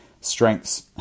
Strengths